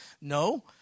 No